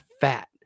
fat